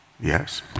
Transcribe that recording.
Yes